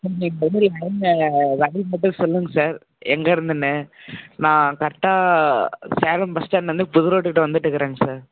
நடந்து வழி மட்டும் சொல்லுங்கள் சார் எங்கே இருந்துன்னு நான் கரெட்டாக சேலம் பஸ் ஸ்டாண்ட்லிருந்து புதுரோட்டுக்கிட்ட வந்துகிட்டுக்குறேங்க சார்